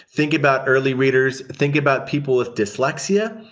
think about early readers, think about people with dyslexia.